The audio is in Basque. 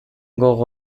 gogo